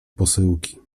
posyłki